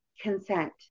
consent